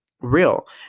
real